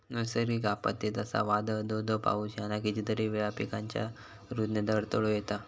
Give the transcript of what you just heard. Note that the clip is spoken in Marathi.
नैसर्गिक आपत्ते, जसा वादाळ, धो धो पाऊस ह्याना कितीतरी वेळा पिकांच्या रूजण्यात अडथळो येता